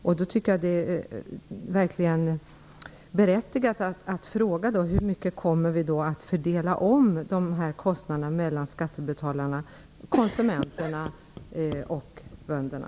Jag tycker därför att det verkligen är berättigat att fråga i hur hög grad vi kommer att fördela om kostnaderna mellan skattebetalarna, konsumenterna och bönderna.